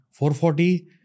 440